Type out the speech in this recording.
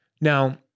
Now